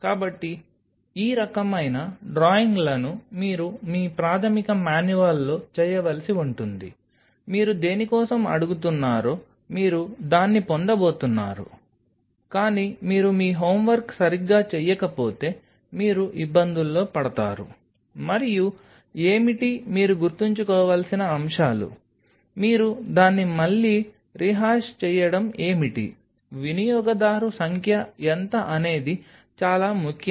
కాబట్టి ఈ రకమైన డ్రాయింగ్లను మీరు మీ ప్రాథమిక మాన్యువల్లో చేయవలసి ఉంటుంది మీరు దేని కోసం అడుగుతున్నారో మీరు దాన్ని పొందబోతున్నారు కానీ మీరు మీ హోమ్వర్క్ సరిగ్గా చేయకపోతే మీరు ఇబ్బందుల్లో పడతారు మరియు ఏమిటి మీరు గుర్తుంచుకోవాల్సిన అంశాలు మీరు దాన్ని మళ్లీ రీహాష్ చేయడం ఏమిటి వినియోగదారు సంఖ్య ఎంత అనేది చాలా ముఖ్యం